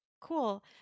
Cool